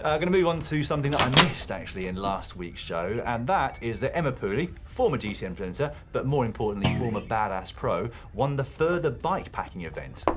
ah going to move onto something that i missed, actually, in last week's show, and that is that emma pooley, former gcn presenter, but more importantly former badass pro, won the further bikepacking event.